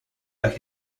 that